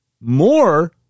more